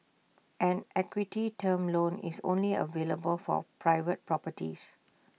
an equity term loan is only available for private properties